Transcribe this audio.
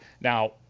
Now